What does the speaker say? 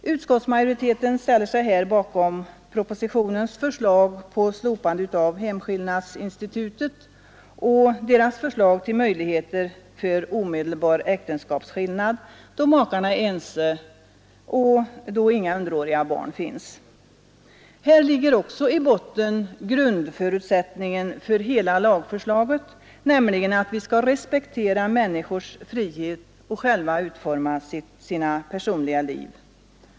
Utskottsmajoriteten har där ställt sig bakom propositionens förslag om slopande av hemskillnadsinstitutet och förslaget att möjligheter till omedelbar äktenskapsskillnad skall finnas då makarna är ense och då det inte finns några underåriga barn. Här ligger o å i botten grundförutsättningen för hela lagförslaget, nämligen att vi skall respektera människors frihet att själva utforma sina personliga liv.